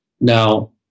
Now